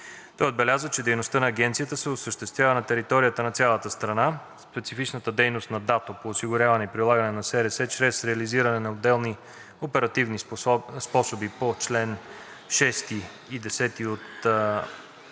Той отбеляза, че дейността на Агенцията се осъществява на територията на цялата страна. Специфичната дейност на ДАТО по осигуряване и прилагане на СРС чрез реализиране на отделни оперативни способи по чл. 6 – 10а от